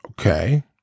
Okay